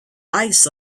eyes